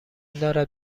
دارد